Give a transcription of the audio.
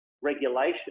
regulation